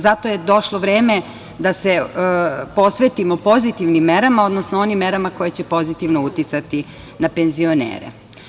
Zato je došlo vreme da se posvetimo pozitivnim merama, odnosno onim merama koje će pozitivno uticati na penzionere.